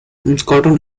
cotton